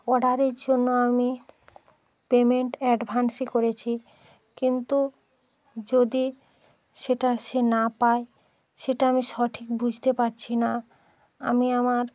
অর্ডারের জন্য আমি পেমেন্ট অ্যাডভান্সই করেছি কিন্তু যদি সেটা সে না পায় সেটা আমি সঠিক বুঝতে পারছি না আমি আমার